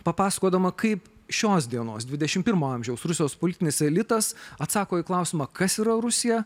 papasakodama kaip šios dienos dvidešimt pirmo amžiaus rusijos politinis elitas atsako į klausimą kas yra rusija